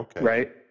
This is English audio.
right